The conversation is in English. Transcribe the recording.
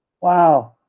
Wow